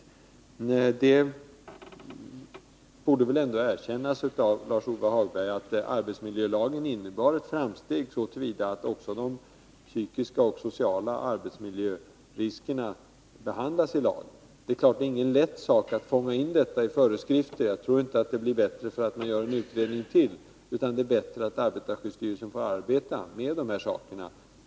Lars-Ove Hagberg borde väl ändå erkänna att arbetsmiljölagen innebar ett framsteg så till vida att också de psykiska och sociala arbetsmiljöriskerna behandlas i lagen. Det är klart att det inte är någon lätt uppgift att fånga in detta i föreskrifter, och jag tror inte att det blir bättre för att man gör en utredning till. Det är i stället bättre att arbetarskyddsstyrelsen får arbeta med dessa saker.